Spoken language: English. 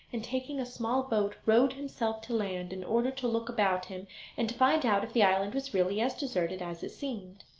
and taking a small boat rowed himself to land, in order to look about him and to find out if the island was really as deserted as it seemed.